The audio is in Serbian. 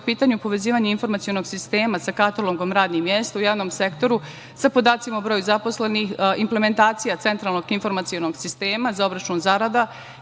pitanju povezivanje informacionog sistema sa katalogom radnih mesta u javnom sektoru sa podacima o broju zaposlenih, implementacija centralnog informacionog sistema za obračun zarada